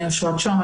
אני אושרת שוהם.